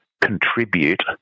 contribute